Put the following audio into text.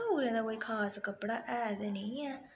डोगरें दा कोई खास कपड़ा ऐ ते नी ऐ